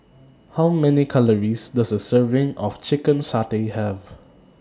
How Many Calories Does A Serving of Chicken Satay Have